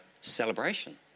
celebration